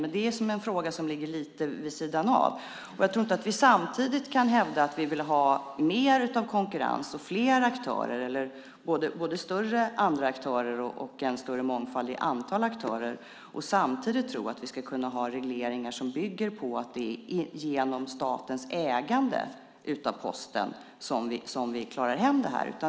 Men det är en fråga som ligger lite vid sidan av. Jag tror inte att vi kan hävda att vi vill ha mer av konkurrens och fler aktörer - både större och andra aktörer och en större mångfald i antalet aktörer - och samtidigt tro att vi kan ha regleringar som bygger på att det är genom statens ägande av Posten som vi klarar hem det här.